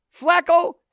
Flacco